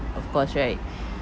of course right